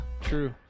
True